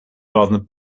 rather